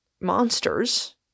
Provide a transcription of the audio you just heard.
monsters